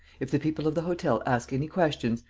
if the people of the hotel ask any questions,